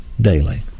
daily